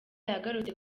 yagarutse